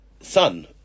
son